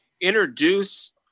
introduce